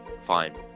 fine